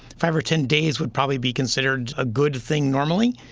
five or ten days would probably be considered a good thing normally.